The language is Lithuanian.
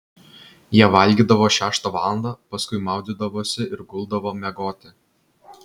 jie valgydavo šeštą valandą paskui maudydavosi ir guldavo miegoti